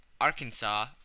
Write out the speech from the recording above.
Arkansas